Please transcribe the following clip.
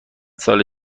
سال